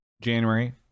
January